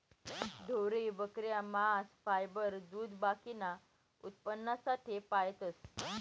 ढोरे, बकऱ्या, मांस, फायबर, दूध बाकीना उत्पन्नासाठे पायतस